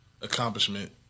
accomplishment